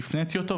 שהפניתי אותו,